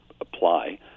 apply